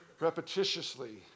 repetitiously